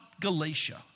Galatia